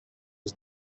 was